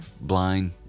blind